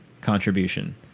contribution